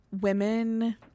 women